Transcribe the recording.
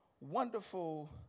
wonderful